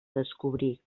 descobrir